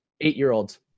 Eight-year-olds